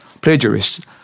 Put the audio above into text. plagiarists